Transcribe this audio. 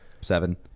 seven